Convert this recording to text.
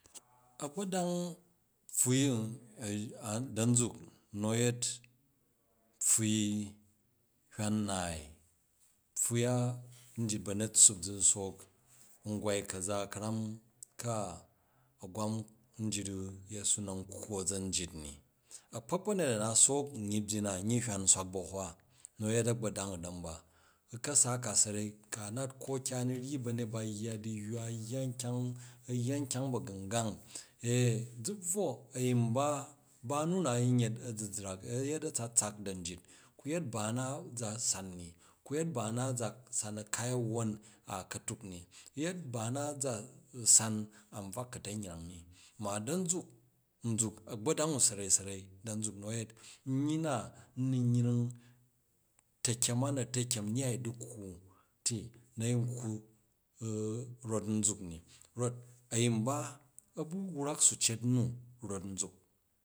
A̱gbodang npfwui u da̱n nzuk ma̱ yet pfwui nhywan naai. Pfwui a njit ba̱nyet tsuup zu sook ngwai ka̱ram ka a̱gwam njit u yeru na̱n kkwu a̱za̱njit ni, a̱kpak ba̱nyet a̱ na sook nyyi nbyin na hywan swak bu̱ a̱hwa nu a̱yet a̱gba̱dang u̱ damba, u̱ ka̱sa ka sarai ka nat koke, a nu̱ ryyi ba̱nyet ba yya du̱yywa, a̱ yya nkyang ba̱gungang a- zu bvwo a̱ yin ba, ba nuna yin yet a̱zuzrak u̱ yet a̱batsak dan jit, ku yet bana za san ni ku̱ yet ba na za san a̱ kai a̱wwon a ka̱tuk ni, u̱ yet ba na za san a̱n bvwak ka̱ta̱nyrang ni, ma nzuk a̱gba̱dang u sarai sarai dan nzuk nu a̱yet nyyi na n nun yung ta̱kyem a na̱ ta̱kyem nyyai u̱ du̱kkwu ti na̱ yankkwu rot nzuk ni, a̱ yin ba a bu wrak suce nu rot nzuk.